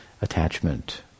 attachment